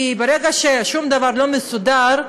כי ברגע ששום דבר לא מסודר,